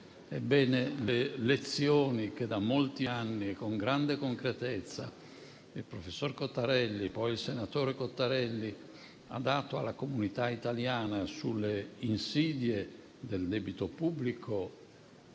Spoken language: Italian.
Ebbene, le lezioni che da molti anni, con grande concretezza, il professor Cottarelli, poi senatore Cottarelli, ha dato alla comunità italiana sulle insidie del debito pubblico,